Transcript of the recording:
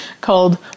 called